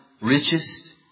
richest